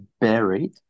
buried